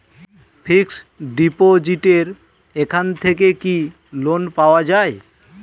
Fix ডিপোজিটের এখান থেকে কি লোন পাওয়া যায়?